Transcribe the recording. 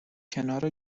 کنار